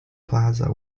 plaza